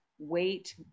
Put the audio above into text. weight